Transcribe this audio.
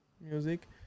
music